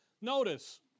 notice